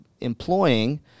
employing